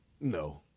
no